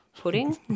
Pudding